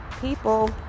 people